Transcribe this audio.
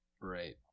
Right